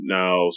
now